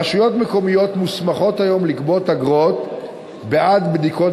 רשויות מקומיות מוסמכות היום לגבות אגרות בעד בדיקות